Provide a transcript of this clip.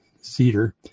cedar